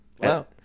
Wow